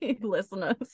listeners